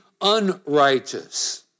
unrighteous